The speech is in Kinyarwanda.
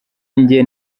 njye